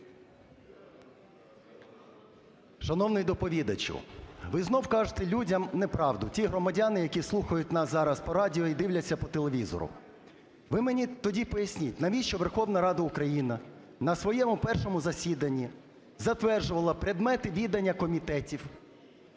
Шановний доповідачу, ви знову кажете людям неправду, тим громадянам, які слухають нас зараз по радіо і дивляться по телевізору. Ви мені тоді поясніть, навіщо Верховна Рада України на своєму першому засіданні затверджувала предмети відання комітетів?